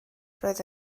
roedd